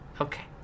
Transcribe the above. okay